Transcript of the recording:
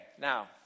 Now